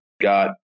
got